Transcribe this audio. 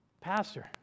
pastor